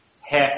half